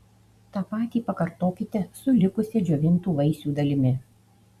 tą patį pakartokite su likusia džiovintų vaisių dalimi